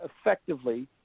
effectively